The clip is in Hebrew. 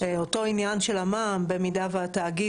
אותו עניין של המע"מ במידה והתאגיד